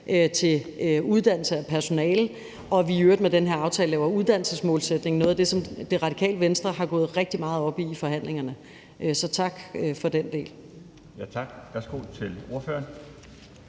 til uddannelse af personale, og at vi i øvrigt med den her aftale laver en uddannelsesmålsætning – noget af det, som Radikale Venstre har gået rigtig meget op i i forhandlingerne. Så tak for den del. Kl. 12:46 Den fg.